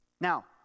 Now